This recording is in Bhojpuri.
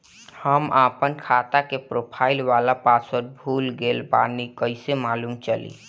हम आपन खाता के प्रोफाइल वाला पासवर्ड भुला गेल बानी कइसे मालूम चली?